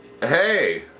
hey